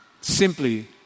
simply